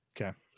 okay